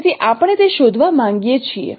તેથી આપણે તે શોધવા માંગીએ છીએ